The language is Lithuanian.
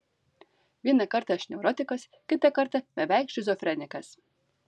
vieną kartą aš neurotikas kitą kartą beveik šizofrenikas